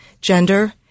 gender